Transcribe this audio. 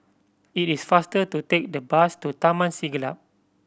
it is faster to take the bus to Taman Siglap